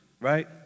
Right